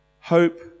hope